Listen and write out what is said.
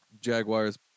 Jaguars